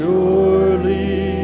Surely